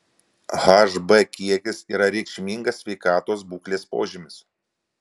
hb kiekis yra reikšmingas sveikatos būklės požymis